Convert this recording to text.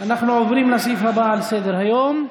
אנחנו עוברים לסעיף הבא על סדר-היום,